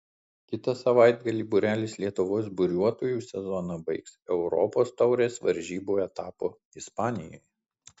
kitą savaitgalį būrelis lietuvos buriuotojų sezoną baigs europos taurės varžybų etapu ispanijoje